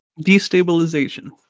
Destabilization